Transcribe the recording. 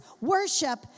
Worship